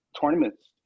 tournaments